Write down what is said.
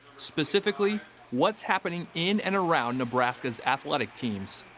specifically what's happening in and around nebraska's athletic teams.